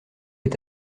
est